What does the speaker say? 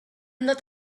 not